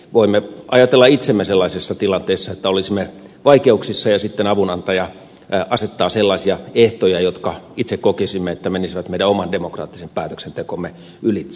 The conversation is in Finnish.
voimme ajatella itsemme sellaiseen tilanteeseen että olisimme vaikeuksissa ja sitten avunantaja asettaa sellaisia ehtoja että itse kokisimme että ne menisivät meidän oman demokraattisen päätöksentekomme ylitse